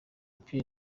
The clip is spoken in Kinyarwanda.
père